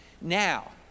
Now